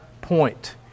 point